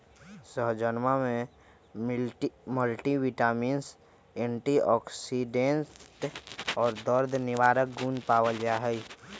सहजनवा में multivitamins antioxidant और दर्द निवारक गुण पावल जाहई